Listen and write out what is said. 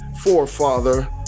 forefather